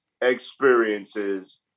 experiences